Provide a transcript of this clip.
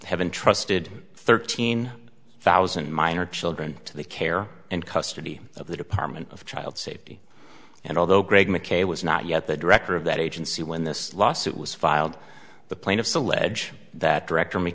have entrusted thirteen thousand minor children to the care and custody of the department of child safety and although greg mckay was not yet the director of that agency when this lawsuit was filed the plaintiffs allege that director